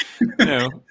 No